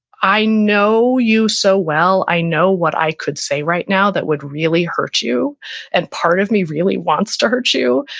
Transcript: i know you so well. i know what i could say right now that would really hurt you and part of me really wants to hurt you,